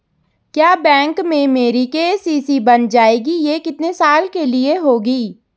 क्या बैंक में मेरी के.सी.सी बन जाएगी ये कितने साल के लिए होगी?